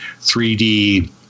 3D